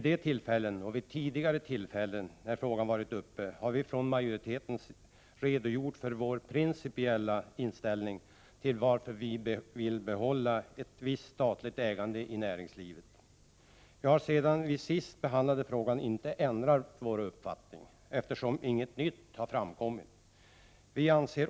Då och vid tidigare tillfällen har vi från majoriteten redogjort för vår principiella inställning till varför vi vill behålla ett visst statligt ägande i näringslivet. Vi har inte ändrat vår uppfattning sedan vi senast behandlade denna fråga, eftersom det inte har framkommit något nytt.